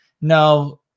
no